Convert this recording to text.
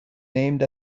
named